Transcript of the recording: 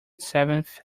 seventh